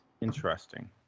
Interesting